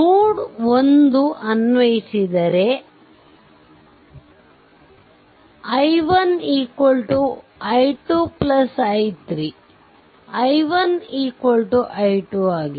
ನೋಡ್ 1ಅನ್ವಯಿಸಿದರೆ i1 i 2 i3 i1 i 2 ಆಗಿದೆ